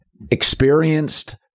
experienced